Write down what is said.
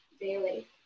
daily